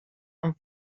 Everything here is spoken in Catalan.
amb